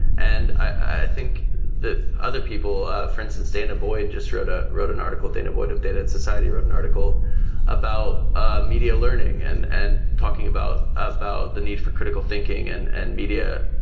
and i think that other people, ah for instance, danah boyd just wrote ah wrote an article. danah boyd of data and society wrote an article about ah media learning and and talking about ah about the need for critical thinking and and media-base